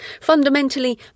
Fundamentally